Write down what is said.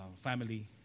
family